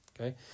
okay